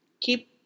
keep